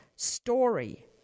Story